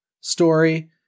story